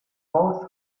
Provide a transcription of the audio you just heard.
both